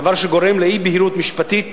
דבר שגורם לאי-בהירות משפטית